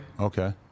okay